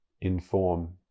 inform